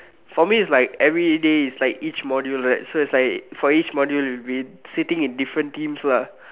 for me it's like everyday it's like each module right so it's like for each module we sitting in different teams lah